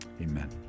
Amen